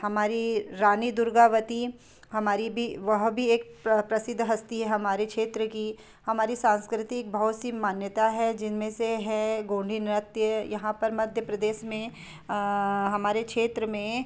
हमारी रानी दुर्गावती हमारी भी वह भी एक प्रसिद्ध हस्ती है हमारे क्षेत्र की हमारी सांस्कृतिक बहुत सी मान्यता है जिन में से है गोंडी नृत्य यहाँ पर मध्य प्रदेश में हमारे क्षेत्र में